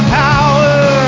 power